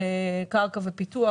קרקע ופיתוח,